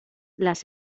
las